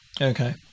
okay